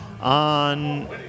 on